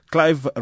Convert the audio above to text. Clive